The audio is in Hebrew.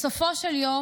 בסופו של יום,